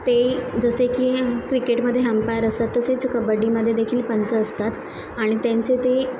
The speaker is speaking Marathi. ते जसे की क्रिकेटमध्ये हंपायर असतात तसेच कबड्डीमध्ये देखील पंच असतात आणि त्यांचे ते